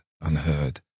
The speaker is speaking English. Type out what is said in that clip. unheard